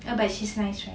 bu she's nice right